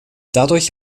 dadurch